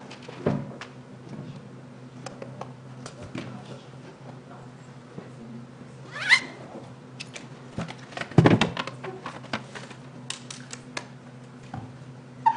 הישיבה ננעלה בשעה 13:30.